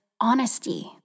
honesty